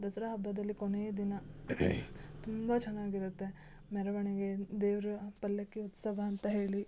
ದಸರಾ ಹಬ್ಬದಲ್ಲಿ ಕೊನೆಯ ದಿನ ತುಂಬ ಚೆನ್ನಾಗ್ ಇರುತ್ತೆ ಮೆರವಣಿಗೇನ ದೇವರ ಪಲ್ಲಕ್ಕಿ ಉತ್ಸವ ಅಂತ ಹೇಳಿ